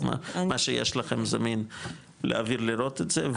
מה שיש לכם זמין להביא לראות את זה.